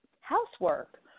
housework